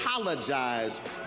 apologize